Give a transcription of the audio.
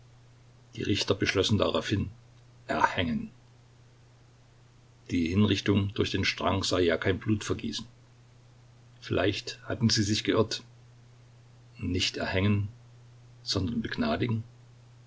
die richter beschlossen daraufhin erhängen die hinrichtung durch den strang sei ja kein blutvergießen vielleicht hatten sie sich geirrt nicht erhängen sondern begnadigen